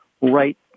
right